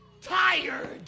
tired